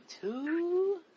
two